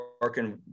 working